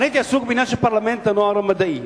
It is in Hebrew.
אני הייתי עסוק בעניין פרלמנט הנוער המדעי,